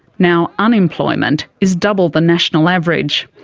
now unemployment is double the national average.